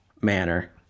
manner